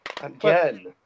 Again